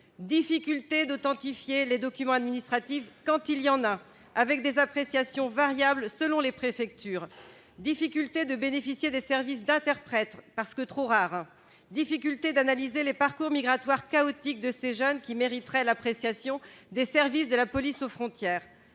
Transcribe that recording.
difficulté d'authentifier les documents administratifs, quand il y en a, avec des appréciations variable selon les préfectures, difficultés de bénéficier des services d'interprètes, parce que trop rares difficultés d'analyser les parcours migratoire chaotique de ces jeunes qui mériterait l'appréciation des services de la police aux frontières